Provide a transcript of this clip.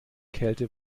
kälte